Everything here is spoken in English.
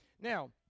Now